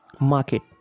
market